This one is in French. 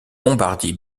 bombardiers